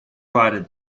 provided